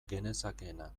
genezakeena